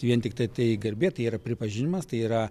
vien tiktai tai garbė tai yra pripažinimas tai yra